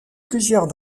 plusieurs